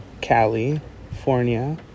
California